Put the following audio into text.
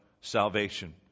salvation